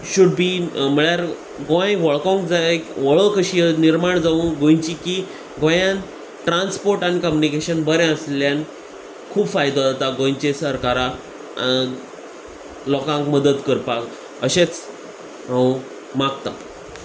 should be म्हळ्यार गोंय वळखोंक जाय वळख कशी निर्माण जावूं गोंयची की गोंयांत ट्रांसपोर्ट आनी कम्युनिकेशन बरें आसल्यान खूब फायदो जाता गोंयचे सरकाराक लोकांक मदत करपाक अशेंच हांव मागतां